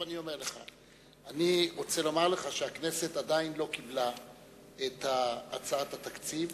אני רוצה לומר לך שהכנסת עדיין לא קיבלה את הצעת התקציב,